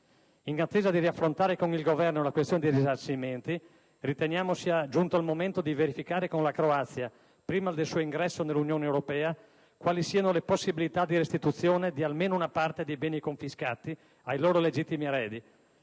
In attesa di riaffrontare con il Governo la questione dei risarcimenti, riteniamo sia giunto il momento di verificare con la Croazia, prima del suo ingresso nell'Unione Europea, quali siano le possibilità di restituzione di almeno una parte dei beni confiscati ai loro legittimi eredi.